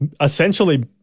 essentially